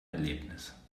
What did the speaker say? erlebnis